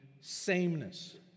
sameness